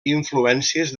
influències